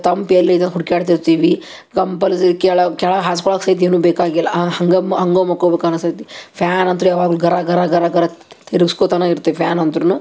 ತಂಪು ಎಲ್ಲಿದೆ ಹುಡ್ಕಾಡ್ತಿರ್ತೀವಿ ಕಂಪಲ್ಸರಿ ಕೆಳಗೆ ಕೆಳಗೆ ಹಾಸ್ಕೊಳಕ್ಕೆ ಸೈತ ಏನೂ ಬೇಕಾಗಿಲ್ಲ ಹಂಗೆ ಮ ಹಂಗೆ ಮಕ್ಕೋಬೇಕು ಅನಿಸ್ತೈತಿ ಫ್ಯಾನ್ ಅಂತು ಯಾವಾಗಲೂ ಗರ ಗರ ಗರ ಗರ ತಿರಗ್ಸ್ಕೊತನ ಇರ್ತೀವಿ ಫ್ಯಾನ್ ಅಂತುನು